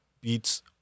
beats